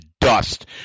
dust